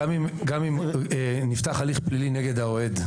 גם אם נפתח הליך פלילי נגד האוהד,